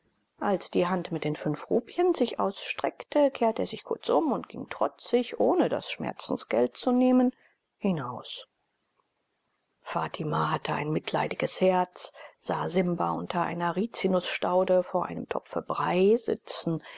als die hand mit den fünf rupien sich ausstreckte kehrte er sich kurz um und ging trotzig ohne das schmerzensgeld zu nehmen hinaus fatima hatte ein mitleidiges herz sah simba unter einer rizinusstaude vor einem topfe brei sitzen